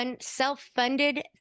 self-funded